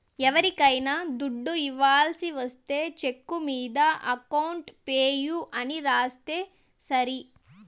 ఎవరికైనా దుడ్డు ఇవ్వాల్సి ఒస్తే చెక్కు మీద అకౌంట్ పేయీ అని రాసిస్తే సరి